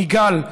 מיג"ל,